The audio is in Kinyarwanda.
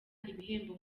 ibihembo